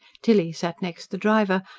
tilly sat next the driver,